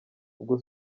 ubwo